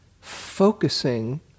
focusing